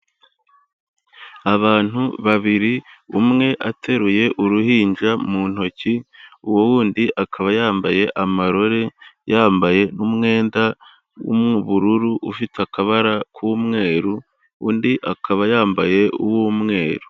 Abantu babiri, umwe ateruye uruhinja mu ntoki, uwo wundi akaba yambaye amarore, yambaye n'umwenda w'ubururu ufite akabara k'umweru, undi akaba yambaye uw'umweru.